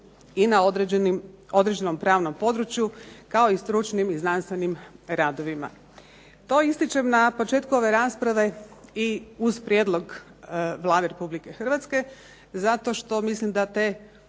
i na određenom pravnom području kao i stručnim i znanstvenim radovima. To ističem na početku ove rasprave i uz prijedlog Vlade Republike Hrvatske zato što mislim da te